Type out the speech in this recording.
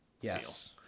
Yes